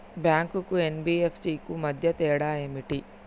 Bank కు NBFC కు మధ్య తేడా ఏమిటి?